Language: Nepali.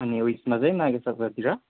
अनि उयसमा चाहिँ माघे सङ्क्रान्तितिर